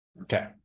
okay